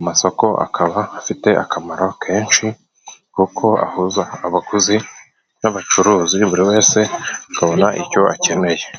Amasoko akaba afite akamaro kenshi, kuko ahuza abaguzi n'abacuruzi buri wese akabona icyo akeneye.